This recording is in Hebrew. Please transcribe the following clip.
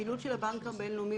טלפון,